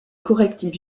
correctif